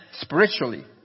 spiritually